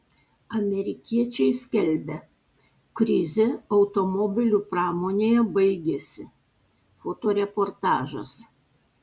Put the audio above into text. amerikiečiai skelbia krizė automobilių pramonėje baigėsi fotoreportažas